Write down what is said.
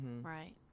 Right